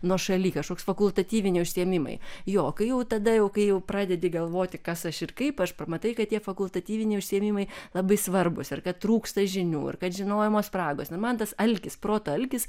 nuošalį kažkoks fakultatyviniai užsiėmimai jo kai jau tada kai jau pradedi galvoti kas aš ir kaip aš pamatai kad tie fakultatyviniai užsiėmimai labai svarbūs ir kad trūksta žinių ar kad žinojimo spragos nu man tas alkis proto alkis